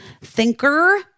thinker